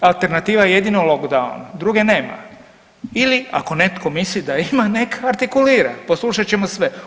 Alternativa jedino locdowna, druge nema ili ako netko misli da ima neka artikulira, poslušat ćemo sve.